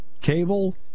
cable